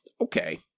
Okay